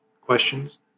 questions